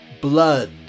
Blood